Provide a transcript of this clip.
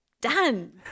done